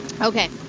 okay